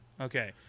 Okay